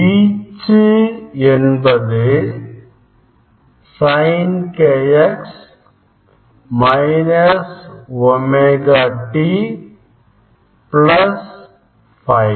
வீச்சு என்பது Sin kx minus omega t plus